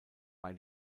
bei